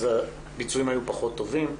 הביצועים היו פחות טובים.